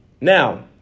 Now